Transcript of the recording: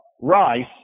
rice